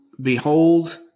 behold